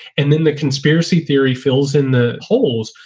and then the conspiracy theory fills in the holes.